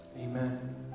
Amen